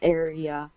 area